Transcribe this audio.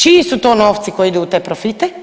Čiji su to novci koji idu u te profite?